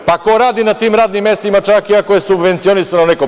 Pa, ko radi na tim radnim mestima, čak i ako je subvencionisano neko?